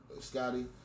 Scotty